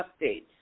updates